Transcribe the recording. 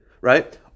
right